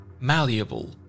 malleable